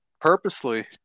purposely